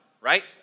right